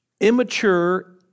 immature